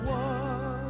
one